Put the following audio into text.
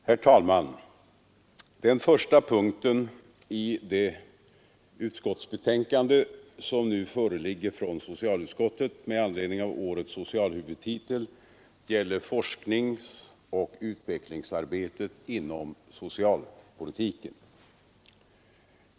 Herr talman! Den första punkten i det utskottsbetänkande som nu föreligger från socialutskottet med anledning av årets socialhuvudtitel gäller forskningsoch utvecklingsarbetet inom socialpolitiken.